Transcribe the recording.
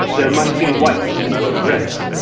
there must be whites as well as reds.